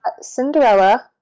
Cinderella